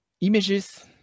images